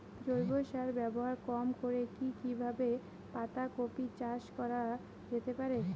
জৈব সার ব্যবহার কম করে কি কিভাবে পাতা কপি চাষ করা যেতে পারে?